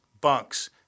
bunks